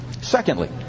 Secondly